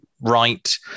right